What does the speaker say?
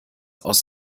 aus